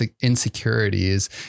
insecurities